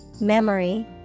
memory